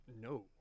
No